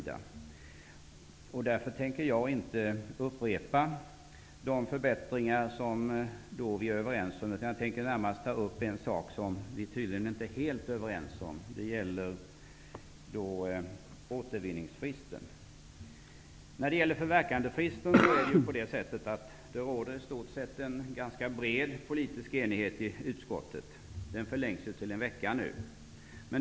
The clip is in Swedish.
Därför tänker jag inte upprepa att vi är överens om förbättringar, utan jag skall närmast ta upp en sak som vi tydligen inte är helt överens om, nämligen återvinningsfristen. När det gäller förverkandefristen råder det i stort sett en ganska bred politisk enighet i utskottet, och den förlängs nu till en vecka.